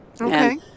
Okay